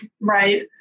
right